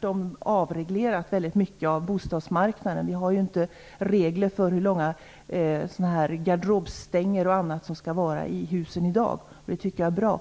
däremot avreglerat mycket av bostadsmarknaden. Det finns inte några regler för hur långa garderobsstänger och annat som finns i hus skall vara i dag. Det tycker jag är bra.